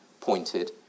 pointed